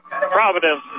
Providence